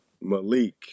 Malik